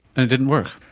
and it didn't work?